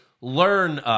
learn